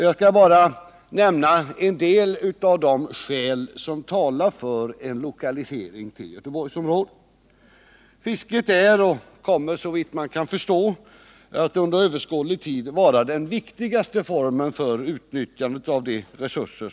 Jag skall bara nämna en del av de skäl som talar för en lokalisering till Göteborgsområdet. Fisket är och kommer, såvitt man kan förstå, att under överskådlig tid vara den viktigaste formen för utnyttjande av havets resurser.